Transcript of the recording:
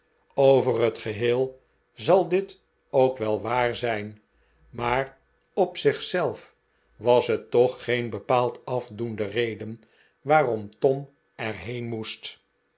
over net geheel zal dit ook wel waar zijn maar op zich zelf was het toch geen bepaald afdoende reden waarom tom er heen moest